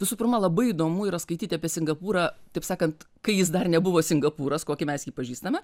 visų pirma labai įdomu yra skaityti apie singapūrą taip sakant kai jis dar nebuvo singapūras kokį mes jį pažįstame